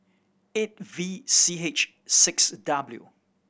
eight V C H six W